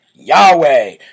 Yahweh